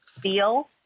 feel